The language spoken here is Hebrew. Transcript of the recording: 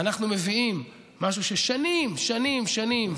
ואנחנו מביאים משהו של שנים שנים שנים,